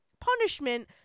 punishment